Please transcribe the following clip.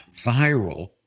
viral